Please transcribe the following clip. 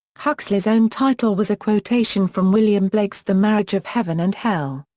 huxley's own title was a quotation from william blake's the marriage of heaven and hell,